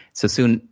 so, soon,